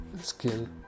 skill